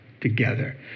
together